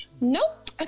Nope